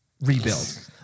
rebuild